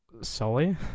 Sully